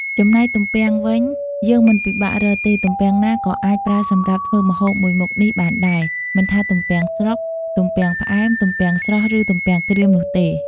ចំណែកទំពាំងវិញ យើងមិនពិបាករើសទេ ទំពាំងណាក៏អាចប្រើសម្រាប់ធ្វើម្ហូបមួយមុខនេះបានដែរ មិនថាទំពាំងស្រុក ទំពាំងផ្អែុម ទំពាំងស្រស់ ឬទំពាំងក្រៀមនោះទេ។